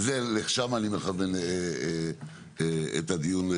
ולשם אני מכוון את הדיון.